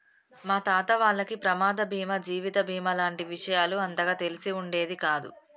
మా తాత వాళ్లకి ప్రమాద బీమా జీవిత బీమా లాంటి విషయాలు అంతగా తెలిసి ఉండేది కాదు